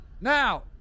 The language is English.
Now